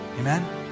Amen